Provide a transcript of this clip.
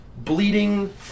Bleeding